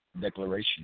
declaration